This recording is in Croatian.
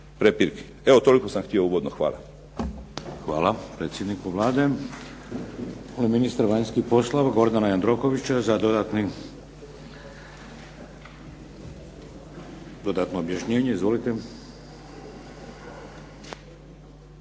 Evo toliko sam htio uvodno. Hvala.